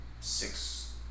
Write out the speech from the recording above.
six